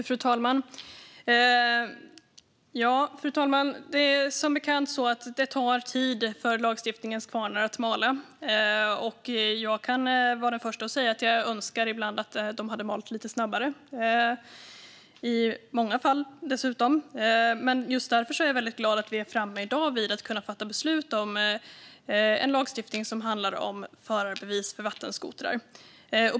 Fru talman! Det tar, som bekant, tid för lagstiftandets kvarnar att mala. Jag är den första att säga att jag i många fall önskar att de kunde mala lite snabbare. Men just därför är jag glad över att vi i dag är framme vid att fatta beslut om en lagstiftning som gäller förarbevis för vattenskotrar.